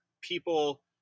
people